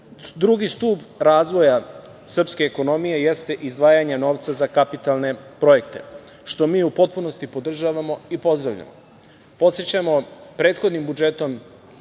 stub razvoja srpske ekonomije jeste izdvajanje novca za kapitalne projekte, što mi u potpunosti podržavamo i pozdravljamo.